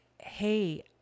Hey